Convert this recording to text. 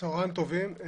צהריים טובים.